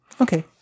okay